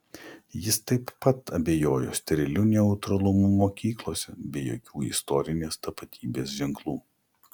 jis taip pat abejojo steriliu neutralumu mokyklose be jokių istorinės tapatybės ženklų